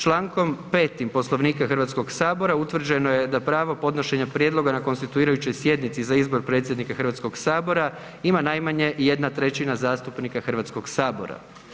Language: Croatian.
Čl. 5. Poslovnika Hrvatskog sabora utvrđeno je da pravo podnošenja prijedloga na konstituirajućoj sjednici za izbor predsjednika Hrvatskog sabora ima najmanje jedna trećina zastupnika Hrvatskog sabora.